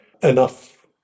enough